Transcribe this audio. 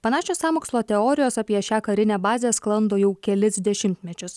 panašios sąmokslo teorijos apie šią karinę bazę sklando jau kelis dešimtmečius